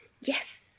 Yes